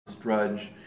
drudge